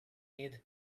need